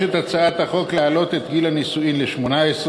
הצעת החוק מבקשת להעלות את גיל הנישואין ל-18.